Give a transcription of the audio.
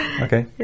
Okay